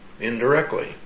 indirectly